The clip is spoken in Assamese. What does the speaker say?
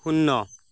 শূন্য